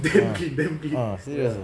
ah ah serious ah